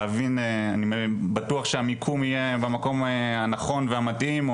אני בטוח שהמיקום יהיה במקום הנכון והמתאים,